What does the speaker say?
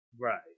Right